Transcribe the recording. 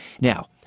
Now